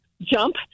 jump